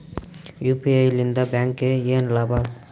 UPI ಲಿಂದ ಬ್ಯಾಂಕ್ಗೆ ಏನ್ ಲಾಭ?